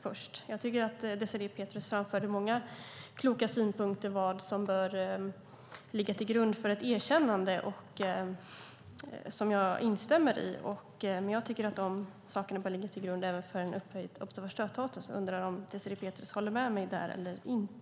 Désirée Pethrus framförde många kloka synpunkter på vad som bör ligga till grund för ett erkännande, och jag instämmer i det. Jag tycker att de kriterierna bör ligga till grund även för en upphöjd observatörsstatus. Jag undrar om Désirée Pethrus håller med mig om det.